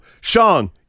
Sean